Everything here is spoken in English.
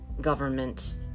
government